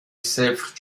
صفر